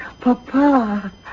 Papa